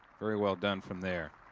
very well done from there.